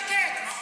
תורידי ז'קט.